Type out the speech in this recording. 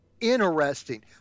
interesting